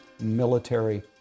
military